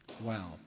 Wow